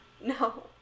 No